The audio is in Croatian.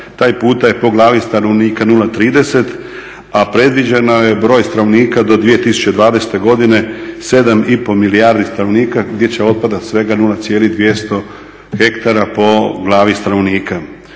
taj puta je po glavi stanovnika 0,3 a predviđeno je broj stanovnika do 2020. 7,5 milijardi stanovnika gdje će otpadat svega 0,200 hektara po glavi stanovnika.